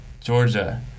Georgia